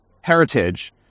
heritage